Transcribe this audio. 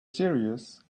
serious